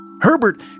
Herbert